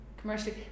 commercially